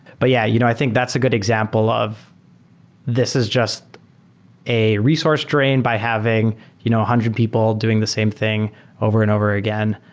but yeah, you know i think that's a good example of this is just a resource drain by having you know a hundred people doing the same thing over and over again,